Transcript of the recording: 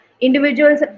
individuals